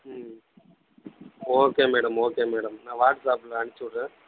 ம் okay madam okay madam நான் வாட்ஸ்ஆப்பில் அனுப்பிச்சி விட்றேன்